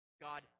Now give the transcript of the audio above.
God